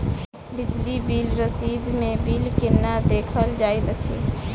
बिजली बिल रसीद मे बिल केना देखल जाइत अछि?